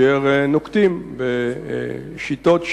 אשר נוקטים שיטות,